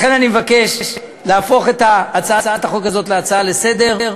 לכן אני מבקש להפוך את הצעת החוק הזאת להצעה לסדר-היום,